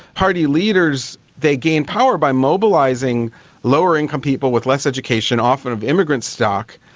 party leaders, they gained power by mobilising lower income people with less education often of immigrant stock,